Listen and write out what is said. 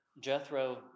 Jethro